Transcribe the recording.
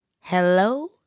Hello